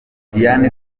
diane